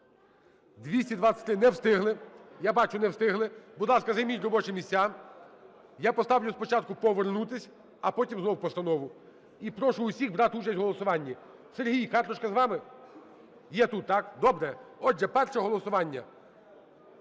За-223 Не встигли, я бачу, не встигли. Будь ласка, займіть робочі місця. Я поставлю спочатку повернутись, а потім знову постанову. І прошу всіх брати участь в голосуванні. Сергій, карточка з вами? Є тут, так? Добре. Отже, перше голосування.